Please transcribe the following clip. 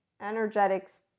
energetics